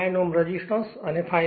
9 Ω resistance અને 5